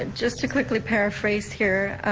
and just to quickly paraphrase here,